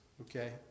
okay